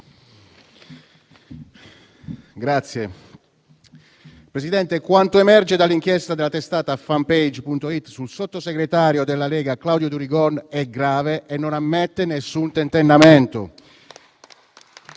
Signora Presidente, quanto emerge dall'inchiesta della testata "Fanpage.it" sul sottosegretario della Lega Claudio Durigon è grave e non ammette nessun tentennamento.